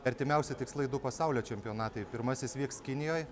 artimiausi tikslai du pasaulio čempionatai pirmasis vyks kinijoje